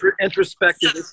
introspective